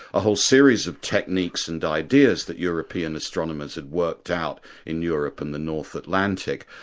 a whole series of techniques and ideas that european astronomers had worked out in europe and the north atlantic,